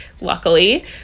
luckily